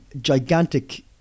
gigantic